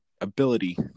ability